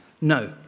No